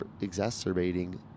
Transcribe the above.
exacerbating